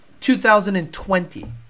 2020